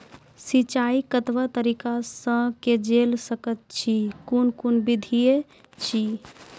सिंचाई कतवा तरीका सअ के जेल सकैत छी, कून कून विधि ऐछि?